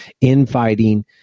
infighting